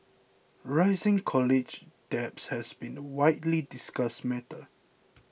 rising college debt has been a widely discussed matter